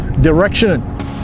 direction